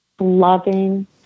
loving